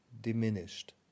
diminished